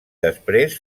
després